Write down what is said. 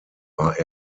war